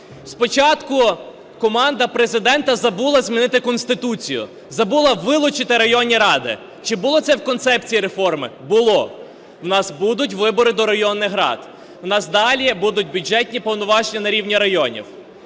спочатку команда Президента забула змінити Конституцію, забула вилучити районні ради. Чи було це в концепції реформи? Було. У нас будуть вибори до районних рад, у нас далі будуть бюджетні повноваження на рівні районів.